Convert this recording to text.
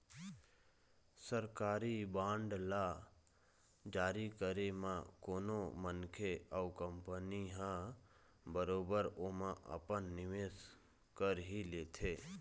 सरकारी बांड ल जारी करे म कोनो मनखे अउ कंपनी ह बरोबर ओमा अपन निवेस कर ही लेथे